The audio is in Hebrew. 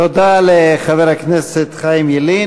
תודה לחבר הכנסת חיים ילין.